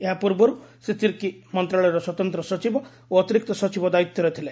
ଏହା ପୂର୍ବରୁ ଶ୍ରୀ ତିର୍କୀ ମନ୍ତ୍ରଣାଳୟ ସ୍ୱତନ୍ତ୍ର ସଚିବ ଓ ଅତିରକ୍ତ ସଚିବ ଦାୟିତ୍ୱରେ ଥିଲେ